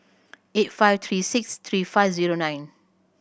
eight five three six three five zero nine